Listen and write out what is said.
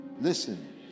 Listen